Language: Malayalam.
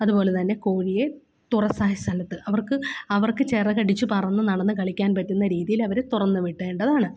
അതുപോലെ തന്നെ കോഴിയെ തുറസ്സായ സ്ഥലത്ത് അവർക്ക് അവർക്ക് ചിറകടിച്ച് പറന്നുനടന്ന് കളിക്കാൻ പറ്റുന്ന രീതിയിലവര് തുറന്നുവിടേണ്ടതാണ്